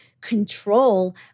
control